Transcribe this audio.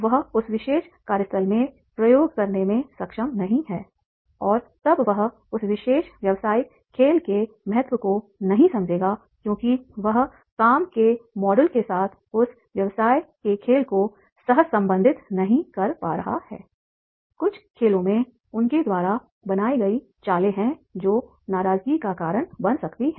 वह उस विशेष कार्यस्थल में प्रयोग करने में सक्षम नहीं है और तब वह उस विशेष व्यावसायिक खेल के महत्व को नहीं समझेगा क्योंकि वह काम के मॉडल के साथ उस व्यवसाय के खेल को सहसंबंधित नहीं कर पा रहा है कुछ खेलों में उनके द्वारा बनाई गई चालें हैं जो नाराजगी का कारण बन सकती हैं